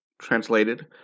Translated